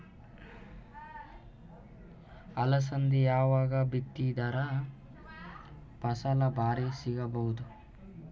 ಅಲಸಂದಿ ಯಾವಾಗ ಬಿತ್ತಿದರ ಫಸಲ ಭಾರಿ ಸಿಗಭೂದು?